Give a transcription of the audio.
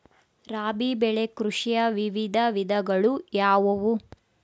ರಾಬಿ ಬೆಳೆ ಕೃಷಿಯ ವಿವಿಧ ವಿಧಗಳು ಯಾವುವು?